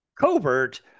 covert